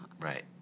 Right